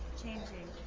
changing,